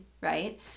Right